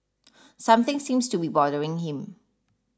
something seems to be bothering him